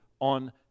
on